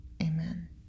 amen